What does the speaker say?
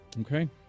Okay